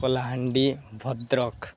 Kalahandi Bhadrak